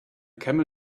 camel